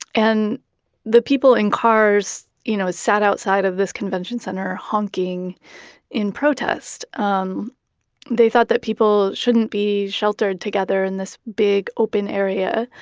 and the people in cars you know sat outside of this convention center honking in protest. um they thought that people shouldn't be sheltered together in this big open area,